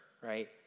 right